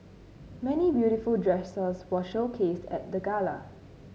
many beautiful dresses were showcased at the gala